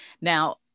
now